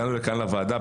הגענו לכאן לוועדה,